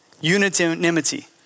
unanimity